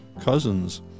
cousins